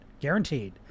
guaranteed